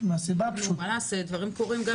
מהסיבה הפשוטה --- מה נעשה דברים קורים.